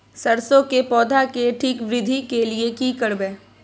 सरसो के पौधा के ठीक वृद्धि के लिये की करबै?